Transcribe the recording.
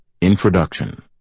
Introduction